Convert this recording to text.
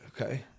okay